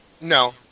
No